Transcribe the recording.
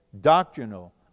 doctrinal